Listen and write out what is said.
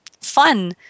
fun